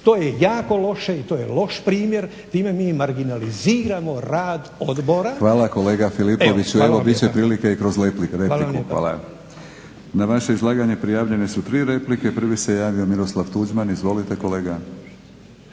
To je jako loše i to je loš primjer. Time mi marginaliziramo rad odbora. **Batinić, Milorad (HNS)** Hvala kolega Filipoviću. Evo bit će prilike i kroz repliku. Hvala. Na vaše izlaganje prijavljene su tri replike. Prvi se javio Miroslav Tuđman. Izvolite kolega.